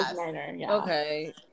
okay